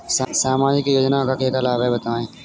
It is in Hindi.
सामाजिक योजना से क्या क्या लाभ हैं बताएँ?